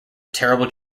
terrible